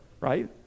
right